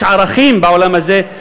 יש ערכים בעולם הזה,